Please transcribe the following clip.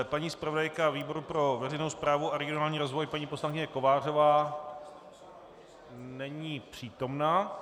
Paní zpravodajka výboru pro veřejnou správu a regionální rozvoj, paní poslankyně Kovářová není přítomna.